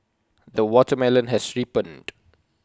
the watermelon has ripened